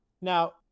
Now